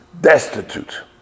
destitute